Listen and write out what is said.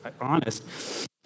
honest